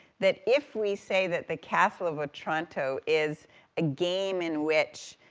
that if we say that the castle of otranto is a game in which